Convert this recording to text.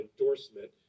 endorsement